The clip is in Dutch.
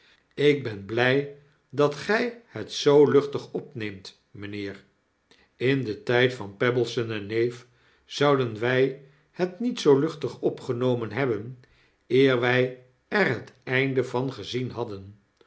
ik ben blij dat gij het zoo luchtig opneemt mijnheer in den tijd van pebbleson en neef zouden wij het niet zoo luchtig opgenomen hebben eer wij er het einde vangezien hadden